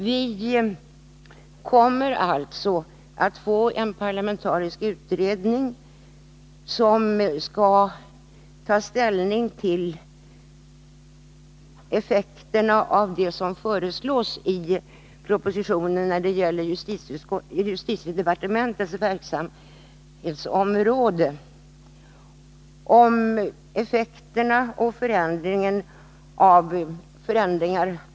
Vi kommer alltså att få en parlamentarisk Besparingar i utredning som skall ta ställning till effekterna av förslagen i propositionen på statsverksamheten, justitiedepartementets verksamhetsområde. Förslagen gäller förändringar mm m.